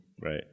Right